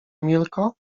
emilko